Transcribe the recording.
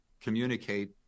communicate